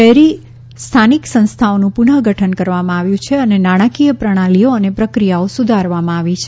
શહેરી સ્થાનિક સંસ્થાઓનું પુનર્ગઠન કરવામાં આવ્યું છે અને નાણાકીય પ્રણાલીઓ અને પ્રક્રિયાઓ સુધારવામાં આવી છે